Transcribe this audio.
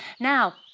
now,